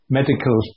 medical